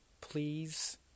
please